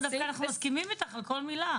אנחנו מסכימים איתך על כל מילה.